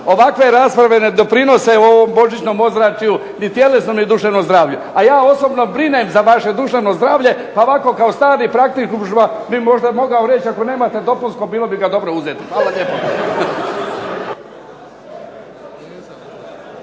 Ovakve rasprave ne doprinose u ovom božićnom ozračju ni tjelesno ni duševno zdravlje. A ja osobno brinem za vaše duševno zdravlje, pa ovako kao stari ... bih možda mogao reći ako nemate dopunsko bilo bi ga dobro uzeti. Hvala lijepo.